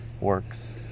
works